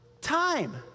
time